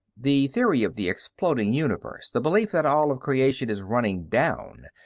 the theory of the exploding universe, the belief that all of creation is running down,